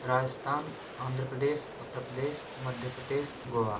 Rajasthan Andhra Pradesh Uttar Pradesh Madhya Pradesh Goa